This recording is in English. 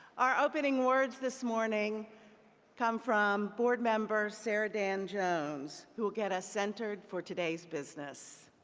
our opening words this morning come from board member sarah dan jones, who will get us centered for today's business.